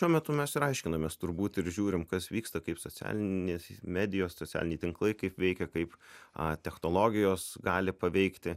tuo metu mes ir aiškinamės turbūt ir žiūrim kas vyksta kaip socialinės medijos socialiniai tinklai kaip veikia kaip a technologijos gali paveikti